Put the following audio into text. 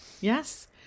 Yes